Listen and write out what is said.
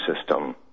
system